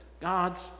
God's